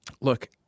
look